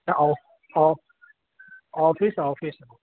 office office